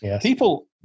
People